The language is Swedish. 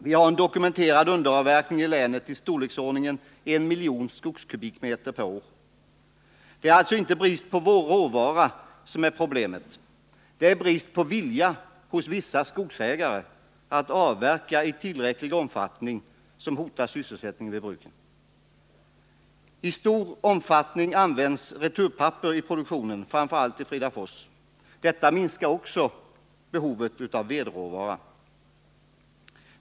Vi har en dokumenterad underavverkningilänet i storleksordningen I miljon skogskubikmeter per år. Det är alltså inte brist på råvara som är problemet — det är brist på vilja hos vissa skogsägare att avverka i tillräcklig omfattning som hotar sysselsättningen vid bruken. I stor omfattning används returpapper i produktionen. framför allt i Fridafors. Detta minskar också behovet av vedråvara.